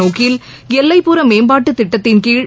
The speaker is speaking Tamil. நோக்கில் எல்லைப்புற மேம்பாட்டு திட்டத்தின்கீழ்